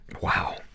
Wow